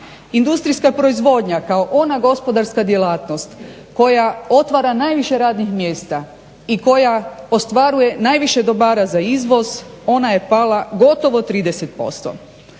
industrijska proizvodnja kao ona gospodarska djelatnost koja otvara najviše radnih mjesta i koja ostvaruje najviše dobara za izvoz ona je pala gotovo 30%.